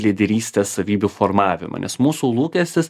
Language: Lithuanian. lyderystės savybių formavimą nes mūsų lūkestis